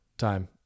Time